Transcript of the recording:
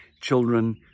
children